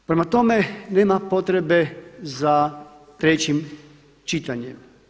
Prema tome nema potrebe za trećim čitanjem.